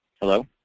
Hello